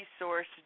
resource